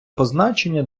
позначення